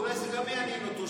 אולי זה יעניין אותו,